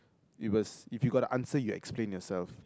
it was if you got the answer you explain yourself